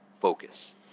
focus